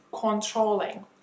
controlling